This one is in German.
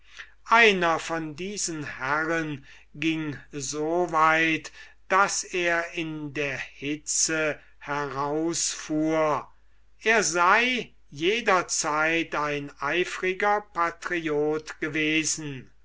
einer von diesen herren ging so weit daß er in der hitze heraus fuhr er sei jederzeit ein eifriger patriot gewesen